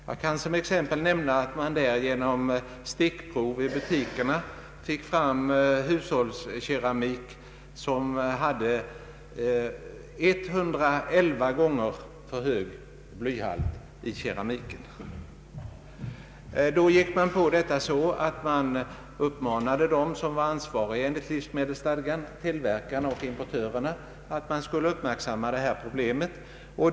Jag kan såsom exempel nämna att man vid stickprovsundersökningar fann hushållskeramik, där glasyren innehöll 111 gånger den tillåtna blyhalten. Man uppmanade då dem som är ansvariga enligt livsmedelsstadgan — tillverkarna och importörerna att uppmärksamma detta problem.